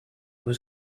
was